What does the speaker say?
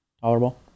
tolerable